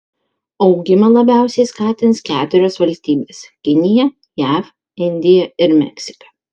augimą labiausiai skatins keturios valstybės kinija jav indija ir meksika